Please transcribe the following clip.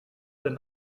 denn